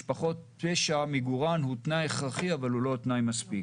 משפחות פשע מיגורן הוא תנאי הכרחי אבל הוא לא תנאי מספיק.